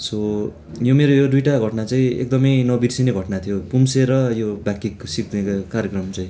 so यो मेरो यो दुइटा घटना चाहिँ एकदमै नबिर्सिने घटना थियोथ्यो पुङ्से र यो ब्याककिक सिक्ने कार्यक्रम चाहिँ